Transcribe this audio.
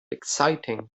exciting